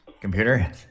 Computer